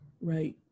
right